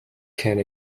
can